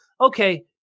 Okay